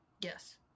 Yes